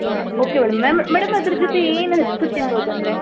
ಹಾಂ okay ma'am madam ಅದ್ರ ಜೊತೆ ಏನು ಹಚ್ಕೋ ತಿನ್ಬೋದು ಅಂದರೆ